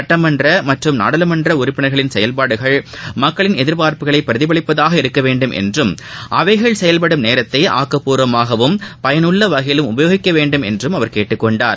சுட்டமன்ற மற்றும் நாடாளுமன்ற உறுப்பினர்களின் செயல்பாடுகள் மக்களின் எதிர்ப்பார்ப்புகளை பிரதிபலிப்பதாக இருக்க வேண்டும் என்றும் அவை செயல்பாடுகளின் நேரத்தை ஆக்கப்பூர்வமாகவும் பயனுள்ள வகையிலும் உபயோக்கிக்க வேண்டும் என்று அவர் கேட்டுக்கொண்டார்